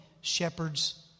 shepherds